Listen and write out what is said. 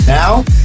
now